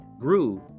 grew